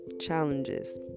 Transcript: challenges